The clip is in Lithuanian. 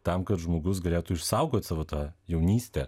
tam kad žmogus galėtų išsaugot savo tą jaunystę